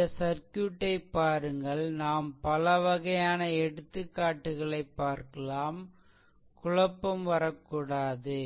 இந்த சர்க்யூட்டைப் பாருங்கள் நாம் பலவகையான எடுத்துக்காட்டுகளைப் பார்க்கலாம் குழப்பம் வரக்கூடாது